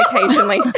occasionally